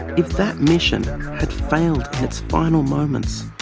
if that mission had failed in its final moments,